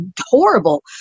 horrible